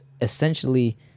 essentially